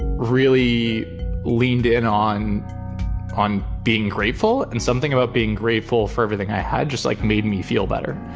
really leaned in on on being grateful and something about being grateful for everything i had just, like, made me feel better.